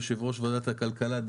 יושב ראש ועדת הכלכלה,